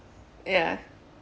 ya